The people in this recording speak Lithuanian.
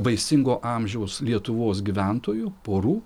vaisingo amžiaus lietuvos gyventojų porų